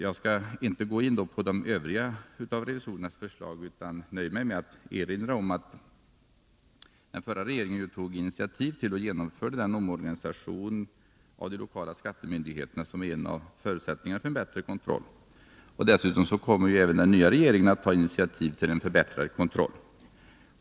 Jag skall inte gå in på de övriga av revisorernas förslag, utan nöjer mig med att erinra om att den förra regeringen tog initiativ till och genomförde den omorganisation av de lokala skattemyndigheterna som är en av förutsättningarna för en bättre kontroll. Dessutom kom ju även den nya regeringen att ta initiativ till en förbättrad kontroll.